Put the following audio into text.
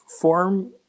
form